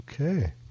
Okay